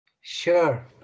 Sure